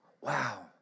Wow